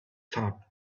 top